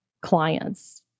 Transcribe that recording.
clients